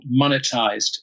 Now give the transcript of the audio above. monetized